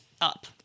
up